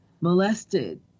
molested